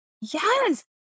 yes